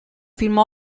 film